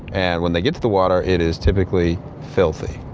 and, when they get to the water, it is typically filthy.